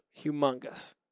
humongous